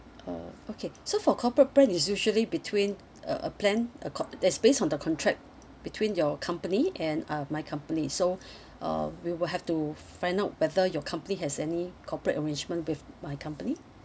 uh okay so for corporate plan it's usually between uh uh plan uh con~ that's based on the contract between your company and uh my company so uh we will have to find out whether your company has any corporate arrangement with my company